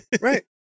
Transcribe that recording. right